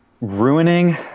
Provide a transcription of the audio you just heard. Ruining